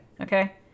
okay